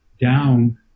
down